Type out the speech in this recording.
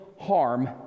harm